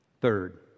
Third